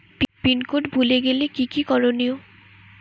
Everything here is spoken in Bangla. পিন কোড ভুলে গেলে কি কি করনিয়?